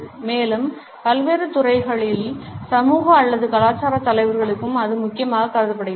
மேலும் பல்வேறு துறைகளில் சமூக அல்லது கலாச்சார தலைவர்களுக்கும் அது முக்கியமாக கருதப்படுகிறது